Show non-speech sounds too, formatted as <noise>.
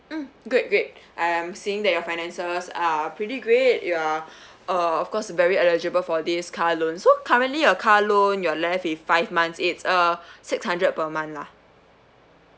mm great great I am seeing that your finances are pretty great your <breath> uh of course it's very eligible for this car loan so currently your car loan your left is five months it's uh six hundred per month lah